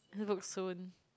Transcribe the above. book soon